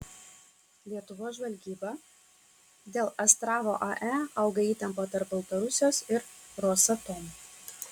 lietuvos žvalgyba dėl astravo ae auga įtampa tarp baltarusijos ir rosatom